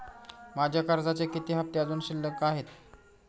माझे कर्जाचे किती हफ्ते अजुन शिल्लक आहेत?